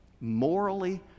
morally